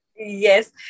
Yes